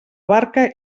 barca